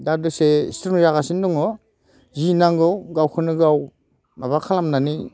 दा दसे स्ट्रं जागासिनो दङ जि नांगौ गावखौनो गाव माबा खालामनानै